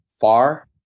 far